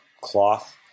cloth